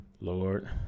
Lord